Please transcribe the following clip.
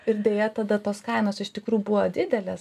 ir deja tada tos kainos iš tikrųjų buvo didelės